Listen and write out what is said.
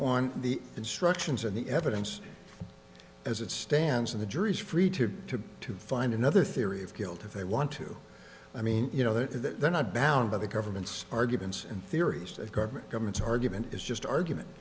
on the instructions and the evidence as it stands and the jury is free to to to find another theory of guilt if they want to i mean you know that they're not bound by the government's arguments and theories of government government's argument is just argument